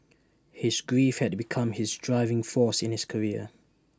his grief had become his driving force in his career